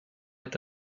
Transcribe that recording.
est